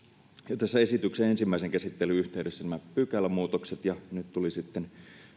jo tässä esityksen ensimmäisen käsittelyn yhteydessä nämä pykälämuutokset ja nyt tuli sitten